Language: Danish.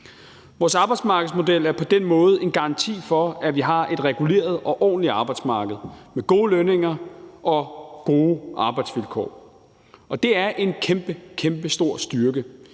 Vores arbejdsmarkedsmodel er på den måde en garanti for, at vi har et reguleret og ordentligt arbejdsmarked med gode lønninger og gode arbejdsvilkår, og det er en kæmpe, kæmpe stor styrke